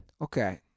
Okay